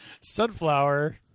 sunflower